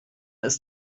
ist